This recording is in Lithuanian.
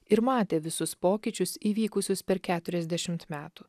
ir matė visus pokyčius įvykusius per keturiasdešimt metų